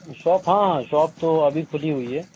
shop ہاں shop تو ابھی کُھلی ہوئی ہے